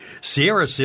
Sierra